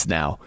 now